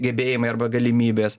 gebėjimai arba galimybės